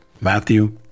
Matthew